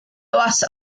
was